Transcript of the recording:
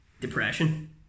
depression